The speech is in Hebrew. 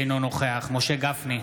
אינו נוכח משה גפני,